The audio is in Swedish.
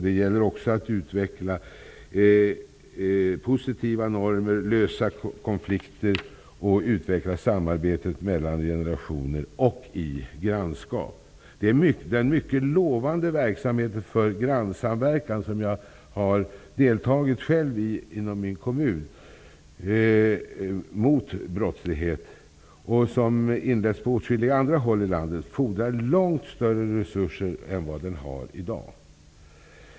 Det gäller att utveckla positiva normer, lösa konflikter och utveckla samarbete mellan generationer och i grannskap. Det mycket lovande arbetet med grannsamverkan mot brottslighet, som jag själv deltagit i inom min kommun och som inletts på åtskilliga håll i landet, fordrar långt större resurser än vad den har i dag.